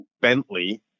Bentley